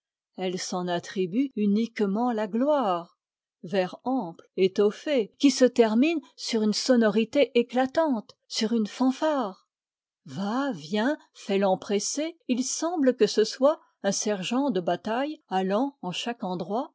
elle s'en attribue uniquement la gloire vers ample étoffé qui se termine sur une sonorité éclatante sur une fanfare va vient fait l'empressée il semble que ce soit un sergent de bataille allant en chaque endroit